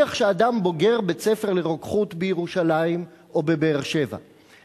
נניח שאדם בוגר בית-הספר לרוקחות בירושלים או בבאר-שבע,